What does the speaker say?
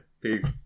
Peace